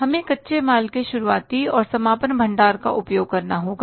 हमें कच्चे माल के शुरुआती और समापन भंडार का उपयोग करना होगा